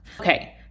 Okay